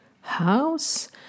house